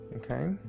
okay